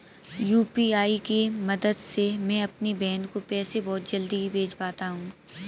UPI के मदद से मैं अपनी बहन को पैसे बहुत जल्दी ही भेज पाता हूं